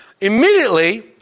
immediately